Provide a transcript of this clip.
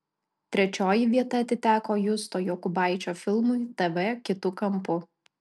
trečioji vieta atiteko justo jokubaičio filmui tv kitu kampu